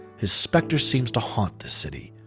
his specter seems to haunt this city.